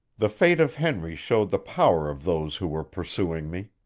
the fate of henry showed the power of those who were pursuing me.